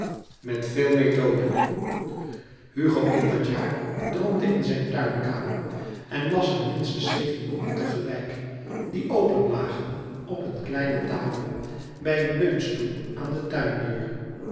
met veel methode hugo in dat jaar droomde in zijn tuinkamer en las er minstens zeven boeken tegelijk die open lagen op een kleine tafel bij een leunstoel aan de tuindeur